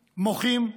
מוחים,